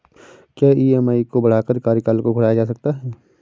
क्या ई.एम.आई को बढ़ाकर कार्यकाल को घटाया जा सकता है?